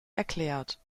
erklärt